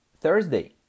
Thursday